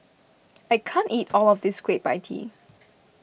I can't eat all of this Kueh Pie Tee